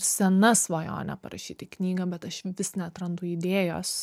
sena svajonė parašyti knygą bet aš vis neatrandu idėjos